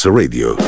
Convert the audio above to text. radio